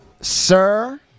Sir